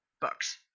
books